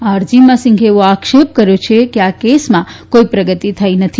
આ અરજીમાં સિંઘે એવો આક્ષેપ કર્યો છે કે આ કેસમાં કોઈ પ્રગતી થઈ નથી